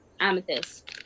Amethyst